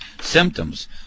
symptoms